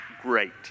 great